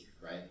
right